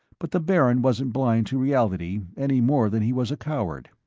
but the baron wasn't blind to reality any more than he was a coward.